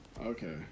Okay